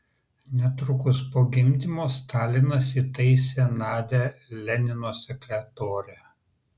netrukus po gimdymo stalinas įtaisė nadią lenino sekretore